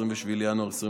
27 בינואר 2021,